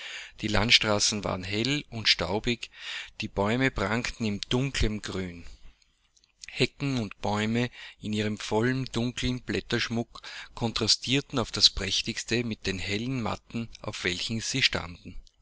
die landstraßen waren heiß und staubig die bäume prangten in dunklem grün hecken und bäume in ihrem vollen dunklen blätterschmuck kontrastierten auf das prächtigste mit den hellen matten auf welchen sie standen